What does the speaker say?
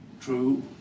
True